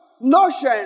notion